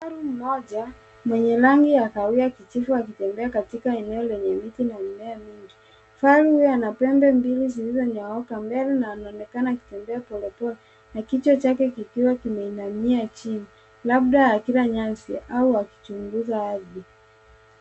Kifaru mmoja mwenye rangi ya kahawia kijivu akitembea katika eneo lenye miti na mimea mingi. Kifaru huyu ana pembe mbili zilizonyooka mbele na anaonekana akitembea polepole na kichwa chake kikiwa kimeinamia chini labda akila nyasi au akichunguza ardhi.